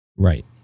Right